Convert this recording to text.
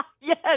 Yes